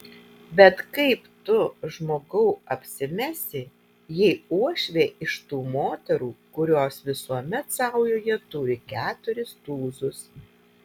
bet kaip tu žmogau apsimesi jei uošvė iš tų moterų kurios visuomet saujoje turi keturis tūzus